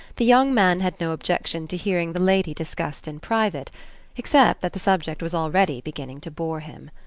the young man had no objection to hearing the lady discussed in private except that the subject was already beginning to bore him.